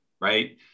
right